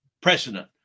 precedent